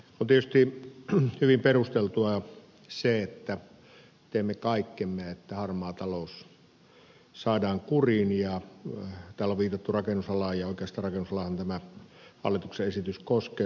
on tietysti hyvin perusteltua se että teemme kaikkemme että harmaa talous saadaan kuriin ja täällä on viitattu rakennusalaan ja oikeastaan rakennusalaahan tämä hallituksen esitys koskee